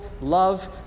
love